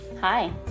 Hi